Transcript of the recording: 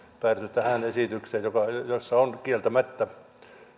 tähän esitykseen jossa on kieltämättä